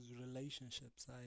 relationships